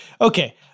okay